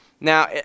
Now